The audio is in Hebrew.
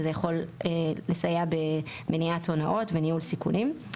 וזה יכול לסייע במניעת הונאות וניהול סיכונים.